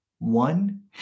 one